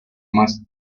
más